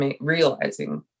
realizing